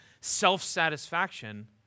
self-satisfaction